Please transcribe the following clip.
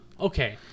Okay